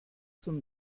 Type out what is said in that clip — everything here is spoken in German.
zum